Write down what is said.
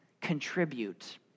contribute